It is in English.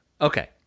Okay